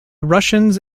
russians